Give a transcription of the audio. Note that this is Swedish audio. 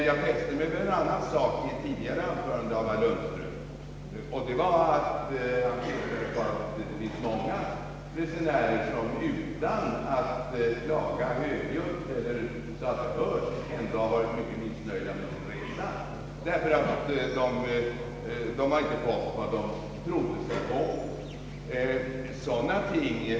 Jag fäste mig vid att herr Lundström sade att många resenärer som inte klagar — i varje fall inte klagar så att det hörs — ändå är mycket missnöjda därför att de inte ansett sig ha fått vad de trodde sig betala för.